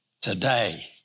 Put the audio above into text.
today